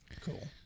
cool